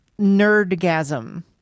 nerdgasm